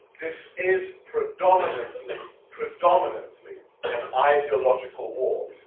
this is predominantly predominantly, an ideological war.